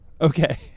Okay